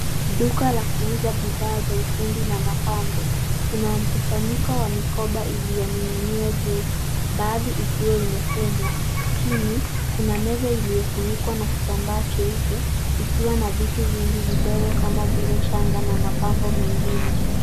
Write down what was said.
Duka la kuuza bidhaa za ufundi na mapambo kuna mkusanyiko wa mikoba ilioninginia juu baadhi ikiwa imefungwa chini kuna meza iliofunikwa kwa kitambaa cheupe ikiwa na vitu vingi vidogo kama vike shanga na mapambo mengine.